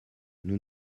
nous